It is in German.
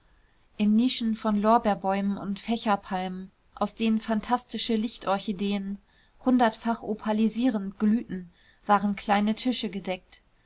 in nischen von lorbeerbäumen und fächerpalmen aus denen phantastische lichtorchideen hundertfach opalisierend glühten waren kleine tische gedeckt